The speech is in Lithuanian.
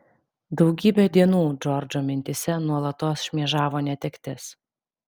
daugybę dienų džordžo mintyse nuolatos šmėžavo netektis